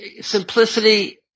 simplicity